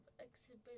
Exhibition